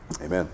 Amen